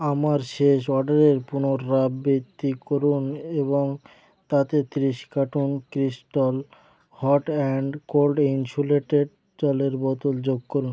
আমার শেষ অর্ডারের পুনরাবৃত্তি করুন এবং তাতে তিরিশ carton crystal hot and cold insulated জলের বোতল যোগ করুন